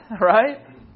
right